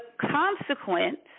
consequence